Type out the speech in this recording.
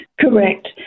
Correct